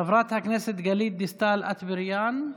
חברת הכנסת גלית דיסטל אטבריאן,